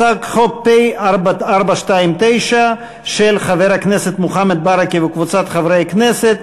הצעת חוק פ/429 של חבר הכנסת מוחמד ברכה וקבוצת חברי כנסת,